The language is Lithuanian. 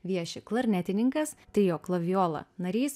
vieši klarnetininkas trio klavijola narys